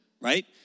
right